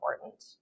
important